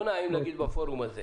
לא נעים להגיד בפורום הזה.